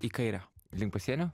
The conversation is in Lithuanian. į kairę link pasienio